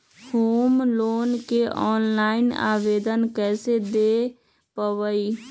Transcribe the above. Home loan के online आवेदन कैसे दें पवई?